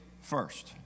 first